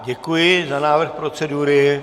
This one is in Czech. Děkuji za návrh procedury.